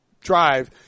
drive